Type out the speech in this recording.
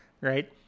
Right